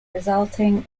resulting